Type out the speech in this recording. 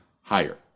higher